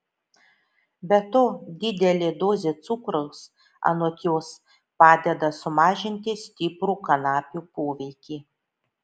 be to didelė dozė cukraus anot jos padeda sumažinti stiprų kanapių poveikį